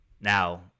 now